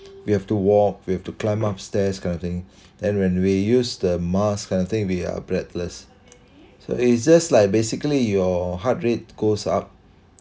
we have to wall we have to climb up stairs kind of thing and when we use the mask kind of thing we are breathless so it just like basically your heart rate goes up